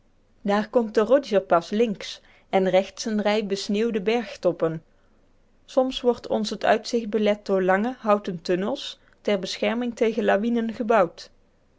daar komt de rogerpas links en rechts een rij besneeuwde bergtoppen soms wordt ons het uitzicht belet door lange houten tunnels ter bescherming tegen lawinen gebouwd